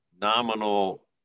nominal